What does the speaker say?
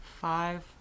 Five